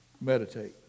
Meditate